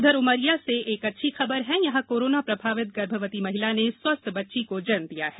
उधर उमरिया से एक अच्छी खबर है कि यहां कोरोना प्रभावित गर्भवती महिला ने स्वस्थ बच्ची को जन्म दिया है